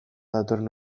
datorren